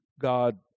God